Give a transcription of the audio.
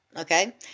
okay